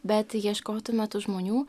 bet ieškotume tų žmonių